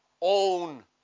own